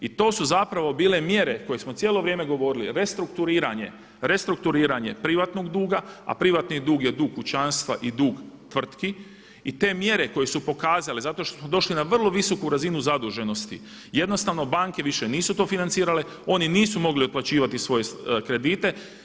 I to su bile mjere koje smo cijelo vrijeme govorili, restrukturiranje, restrukturiranje privatnog duga, a privatni dug je dug kućanstva i dug tvrtki i te mjere koje su pokazale zato što smo došli na vrlo visoku razinu zaduženosti jednostavno banke nisu to financirale, oni nisu mogli otplaćivati svoje kredite.